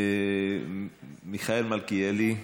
מיכאל מלכיאלי,